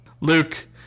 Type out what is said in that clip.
Luke